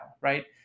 right